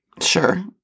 Sure